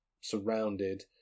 surrounded